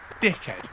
dickhead